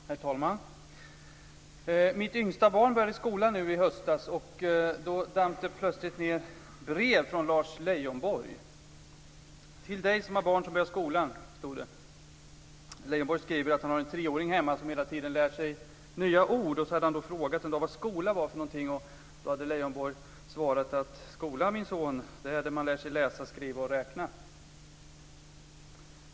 Herr talman! Mitt yngsta barn började skolan nu i höstas. Då damp det plötsligt ned brev från Lars Leijonborg. Till dig som har barn som börjar skolan, stod det. Leijonborg skriver att han har en treåring hemma som hela tiden lär sig nya ord och som en dag frågade vad skola är. Då hade Leijonborg svarat: Skolan, min son, är där man läser sig läsa, skriva och räkna.